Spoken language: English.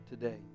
today